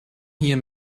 hier